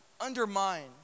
undermine